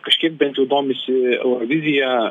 kažkiek bent jau domisi eurovizija